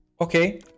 Okay